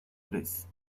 press